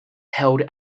held